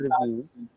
reviews